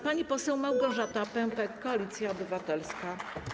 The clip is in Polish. Pani poseł Małgorzata Pępek, Koalicja Obywatelska.